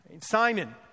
Simon